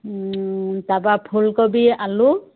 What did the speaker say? তাৰ পৰা ফুলকবি আলু